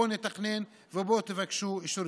בוא נתכנן ובואו תבקשו אישורים.